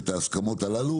את ההסכמות הללו.